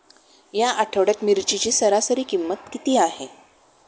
या आठवड्यात मिरचीची सरासरी किंमत किती आहे?